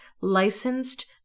licensed